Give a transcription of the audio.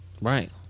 Right